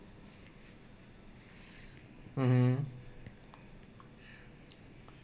mmhmm